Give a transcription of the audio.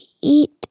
eat